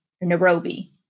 Nairobi